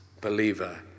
believer